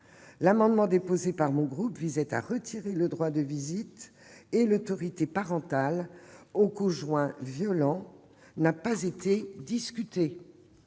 L'amendement déposé par mon groupe visant à retirer le droit de visite et l'autorité parentale aux conjoints violents n'a pas été discuté.